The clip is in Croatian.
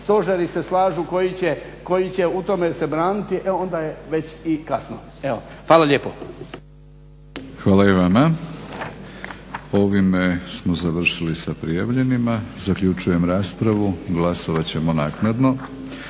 stožeri se slažu koji će u tome se braniti e onda je već i kasno. Evo, hvala lijepo. **Batinić, Milorad (HNS)** Hvala i vama. Ovime smo završili sa prijavljenima. Zaključujem raspravu. Glasovat ćemo naknadno.